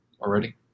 Already